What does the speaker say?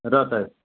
र त